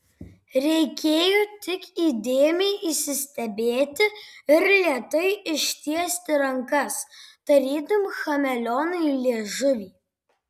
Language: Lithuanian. reikėjo tik įdėmiai įsistebėti ir lėtai ištiesti rankas tarytum chameleonui liežuvį